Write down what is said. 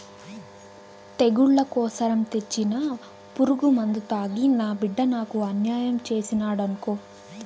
తెగుళ్ల కోసరం తెచ్చిన పురుగుమందు తాగి నా బిడ్డ నాకు అన్యాయం చేసినాడనుకో